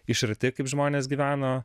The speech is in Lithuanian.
iš arti kaip žmonės gyveno